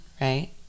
right